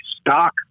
stock